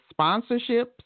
sponsorships